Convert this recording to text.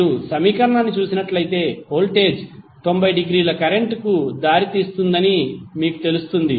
మీరు సమీకరణాన్ని చూస్తే వోల్టేజ్ 90 డిగ్రీల కరెంట్ కు దారితీస్తుందని మీకు తెలుస్తుంది